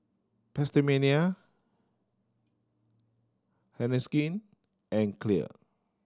PastaMania Heinekein and Clear